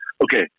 okay